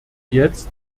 jetzt